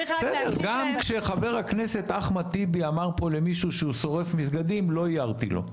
גם כשחבר הכנסת אחמד טיבי אמר פה למישהו שהוא שורף מסגדים לא הערתי לו,